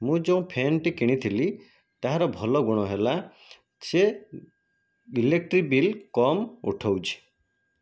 ମୁଁ ଯେଉଁ ଫ୍ୟାନଟି କିଣିଥିଲି ତାହାର ଭଲ ଗୁଣ ହେଲା ସେ ଇଲେକ୍ଟ୍ରିକ୍ ବିଲ୍ କମ୍ ଉଠାଉଛି